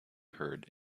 heard